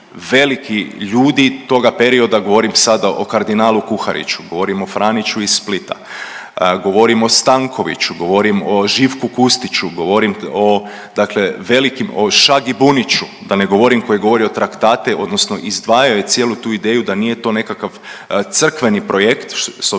veliki ljudi toga perioda, govorim sada o kardinalu Kuhariću, govorim o Franiću iz Splita, govorim o Stankoviću, govorim o Živku Kustiću, govorim o dakle velikim o Šagi Buniću da ne govorim koji je govorio traktate odnosno izdvajao je cijelu tu ideju da nije to nekakav crkveni projekt, s obzirom